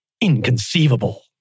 Inconceivable